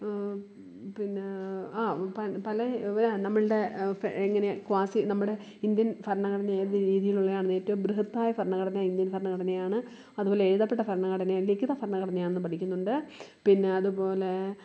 പിന്നേ ആ പ പല ആ നമ്മളുടെ എങ്ങനെയാണ് ക്വാസി നമ്മുടെ ഇന്ത്യൻ ഭരണഘടനാ ഏത് രീതിയിലുള്ളയാണെന്നു ഏറ്റവും ബൃഹത്തായ ഭരണഘടന ഇന്ത്യൻ ഭരണഘടനയാണ് അതുപോലെ എഴുതപ്പെട്ട ഭരണഘടനയും ലിഖിത ഭരണഘടനയാണെന്ന് പഠിക്കുന്നുണ്ട് പിന്നെ അതുപോലെ